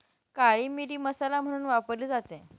काळी मिरी मसाला म्हणून वापरली जाते